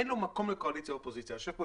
אין לו מקום לקואליציה ואופוזיציה.